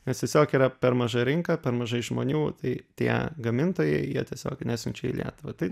nes tiesiog yra per maža rinka per mažai žmonių tai tie gamintojai jie tiesiog nesiunčia į lietuvą tai